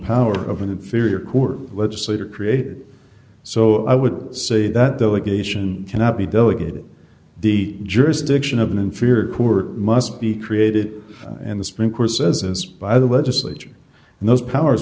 power of an inferior court legislature created so i would say that the occasion cannot be delegated the jurisdiction of an inferior court must be created and the supreme court says is by the legislature and those powers